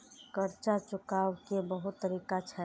कर्जा चुकाव के बहुत तरीका छै?